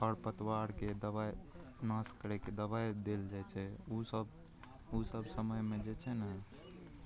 खर पतवारके दवाइ नाश करैके दवाइ देल जाइ छै ओसब ओसब समयमे जे छै ने